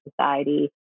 society